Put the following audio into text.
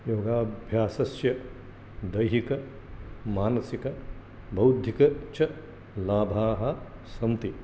योगाभ्यासस्य दैहिकमानसिकबौद्धिक च लाभाः सन्ति